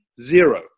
zero